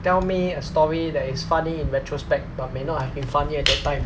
tell me a story that is funny in retrospect but may not have been funny at that time